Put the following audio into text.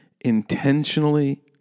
Intentionally